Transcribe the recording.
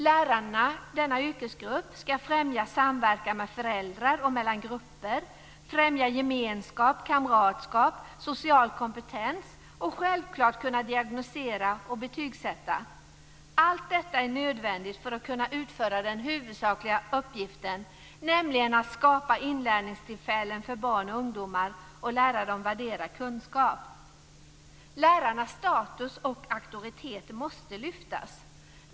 Lärarna, denna yrkesgrupp, ska främja samverkan med föräldrar och mellan grupper, främja gemenskap och kamratskap och social kompetens och självklart kunna diagnostisera och betygsätta. Allt detta är nödvändigt för att de ska kunna utföra den huvudsakliga uppgiften, nämligen att skapa inlärningstillfällen för barn och ungdomar och lära dem att värdera kunskap. Lärarnas status och auktoritet måste höjas.